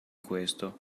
questo